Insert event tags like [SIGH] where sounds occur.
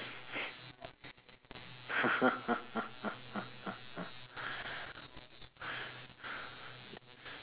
[LAUGHS]